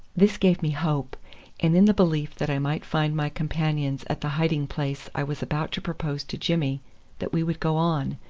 this gave me hope, and in the belief that i might find my companions at the hiding-place i was about to propose to jimmy that we would go on,